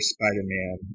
Spider-Man